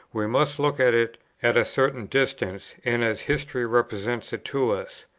we must look at it at a certain distance, and as history represents it to us.